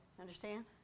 Understand